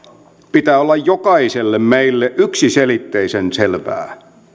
pitää olla jokaiselle meille yksiselitteisen selvää